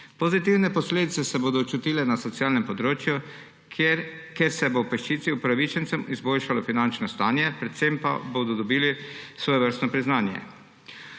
Pozitivne posledice se bodo čutile na socialnem področju, kjer se bo peščici upravičencem izboljšalo finančno stanje, predvsem pa bodo dobili svojevrstno priznanje.